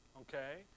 Okay